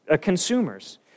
consumers